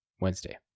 Wednesday